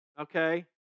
Okay